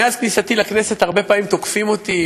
מאז כניסתי לכנסת הרבה פעמים תוקפים אותי,